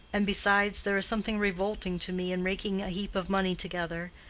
and, besides, there is something revolting to me in raking a heap of money together,